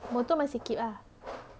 motor masih keep ah